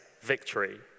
victory